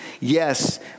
Yes